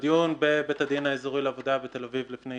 בדיון בבית הדין האזורי לעבודה בתל אביב לפני